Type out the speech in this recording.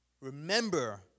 Remember